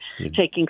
taking